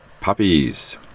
puppies